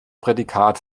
prädikat